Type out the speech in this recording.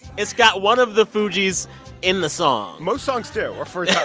it's got one of the fugees in the song most songs do or for yeah